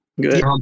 good